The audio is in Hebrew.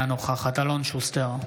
אינה נוכחת אלון שוסטר,